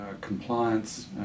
compliance